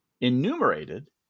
enumerated